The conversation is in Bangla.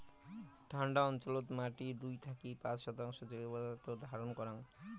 ঠান্ডা অঞ্চলত মাটি দুই থাকি পাঁচ শতাংশ জৈব পদার্থ ধারণ করাং